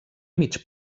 mig